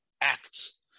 acts